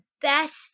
best